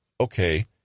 okay